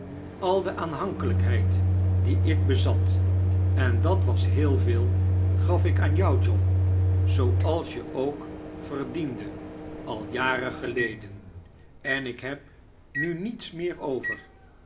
al de aanhankelijkheid die ik bezat en dat was heel veel gaf ik aan jou john zooals je ook verdiende al jaren geleden en ik heb nu niets meer over